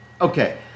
Okay